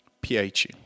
PH